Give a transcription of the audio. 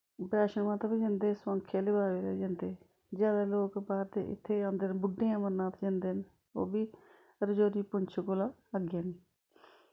बैश्नो माता बी जंदे सोआंखें आह्ली बावे दै बी जंदे जादै लोग बाह्र दे इत्थैं गै औंदे न बुड्डें अमरनाथ जंदे न ओह्बी रजोरी पुंछ कोला अग्गें न